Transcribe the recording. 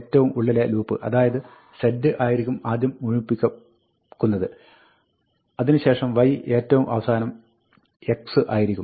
ഏറ്റവും ഉള്ളിലെ ലൂപ്പ് അതായത് z ആയിരിക്കും ആദ്യം മുഴുമിപ്പിക്കുന്നത് അതിനു ശേഷം y ഏറ്റവും അവസാനം x ആയിരിക്കും